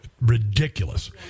Ridiculous